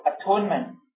atonement